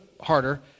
harder